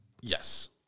Yes